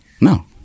No